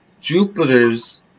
Jupiter's